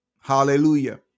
Hallelujah